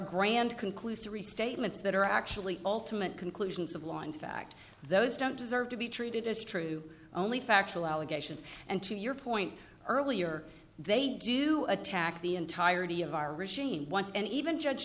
grand conclusory statements that are actually ultimate conclusions of law in fact those don't deserve to be treated as true only factual allegations and to your point earlier they do attack the entirety of our regime once and even judge